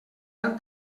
han